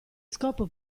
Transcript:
scopo